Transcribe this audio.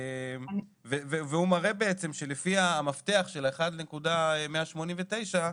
הוא מראה שלפי המפתח של 1:189,000,